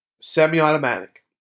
semi-automatic